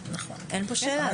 אין פה שאלה.